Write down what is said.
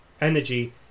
energy